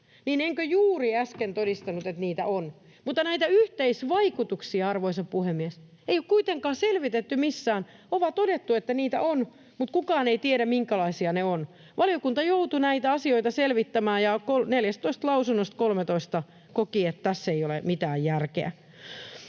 enkö juuri äsken todistanut, että niitä on? Mutta näitä yhteisvaikutuksia, arvoisa puhemies, ei ole kuitenkaan selvitetty missään. On vain todettu, että niitä on, mutta kukaan ei tiedä, minkälaisia ne ovat. Valiokunta joutui näitä asioita selvittämään, ja neljästätoista lausunnosta kolmetoista koki, että tässä ei ole mitään järkeä.